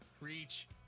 reach